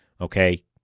okay